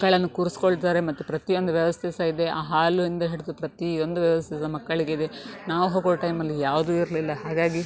ಮಕ್ಕಳನ್ನು ಕೂರಿಸ್ಕೊಳ್ತಾರೆ ಮತ್ತು ಪ್ರತಿಯೊಂದು ವ್ಯವಸ್ಥೆ ಸಹ ಇದೆ ಆ ಹಾಲಿನಿಂದ ಹಿಡಿದು ಪ್ರತಿಯೊಂದು ವ್ಯವಸ್ಥೆ ಸಹ ಮಕ್ಕಳಿಗಿದೆ ನಾವು ಹೋಗುವ ಟೈಮಲ್ಲಿ ಯಾವುದೂ ಇರಲಿಲ್ಲ ಹಾಗಾಗಿ